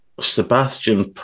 Sebastian